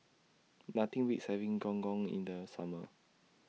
Nothing Beats having Gong Gong in The Summer